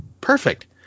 perfect